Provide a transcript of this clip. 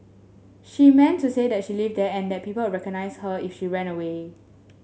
she meant to say that she lived there and that people would recognise her if she ran away